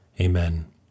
Amen